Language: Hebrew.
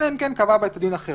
אלא אם כן קבע בית הדין אחרת.